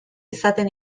izaten